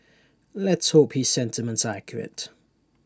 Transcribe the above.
let's hope his sentiments are accurate